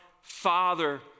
Father